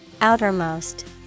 Outermost